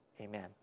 Amen